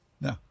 No